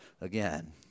again